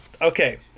okay